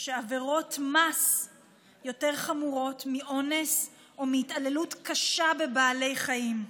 שעבירות מס יותר חמורות מאונס או מהתעללות קשה בבעלי חיים.